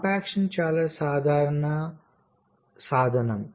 complexion చాలా సాధారణ సాధనం